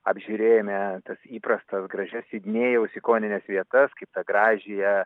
apžiūrėjome tas įprastas gražias sidnėjaus ikonines vietas kaip tą gražiją